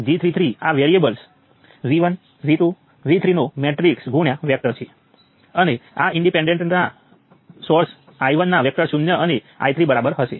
અને જો તમે આ આખી વસ્તુને વિસ્તૃત કરશો તો તમને 1 બાય 7 ગુણ્યા 10 8 8 12 બધા કિલો ઓહ્મ મળશે